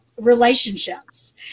relationships